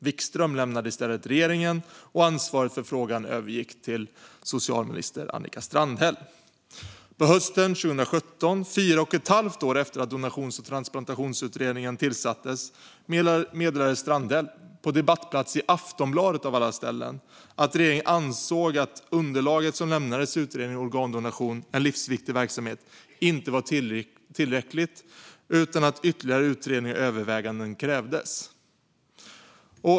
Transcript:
Wikström lämnade i stället regeringen, och ansvaret för frågan övergick till socialminister Annika Strandhäll. På hösten 2017, fyra och ett halvt år efter att donations och transplantationsutredningen tillsattes, meddelade Strandhäll, på debattplats i Aftonbladet av alla ställen, att regeringen ansåg att det underlag som lämnades i utredningen Organdonation - En livsvikt ig verksamhet inte var tillräckligt utan att ytterligare utredning och överväganden krävdes.